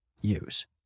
use